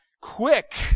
quick